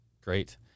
Great